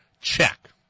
Check